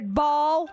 ball